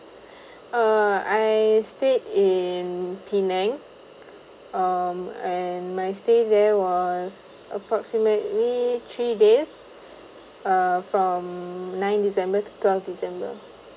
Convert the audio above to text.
uh I stayed in penang um and my stay there was approximately three days uh from ninth december to twelfth december